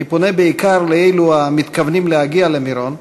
אני פונה בעיקר לאלו המתכוונים להגיע למירון,